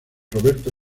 roberto